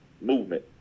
movement